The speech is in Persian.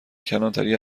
کلانتری